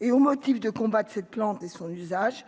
et au motif de combattre de cette plante et son usage